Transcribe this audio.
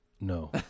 no